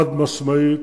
חד-משמעית,